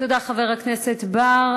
תודה לחבר הכנסת בר.